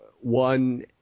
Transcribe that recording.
one –